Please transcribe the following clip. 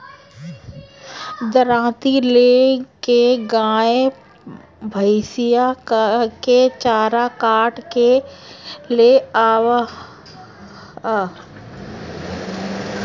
दराँती ले के गाय भईस के चारा काट के ले आवअ